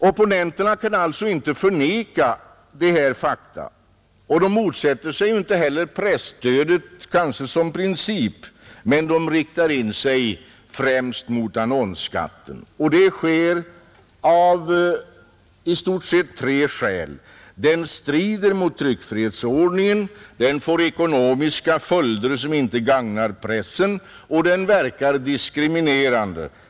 Opponenterna kan alltså inte förneka dessa fakta och de motsätter sig kanske inte heller presstödet som princip, utan riktar in sig främst på annonsskatten. Det sker av i stort sett tre skäl: den strider mot tryckfrihetsförordningen, den får ekonomiska följder som inte gagnar pressen och den verkar diskriminerande.